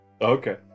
Okay